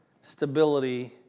stability